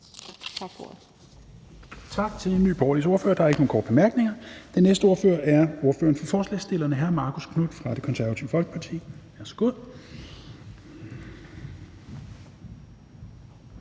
Tak til Nye Borgerliges ordfører. Der er ikke nogen korte bemærkninger. Den næste ordfører er ordføreren for forslagsstillerne, hr. Marcus Knuth fra Det Konservative Folkeparti. Værsgo.